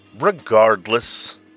Regardless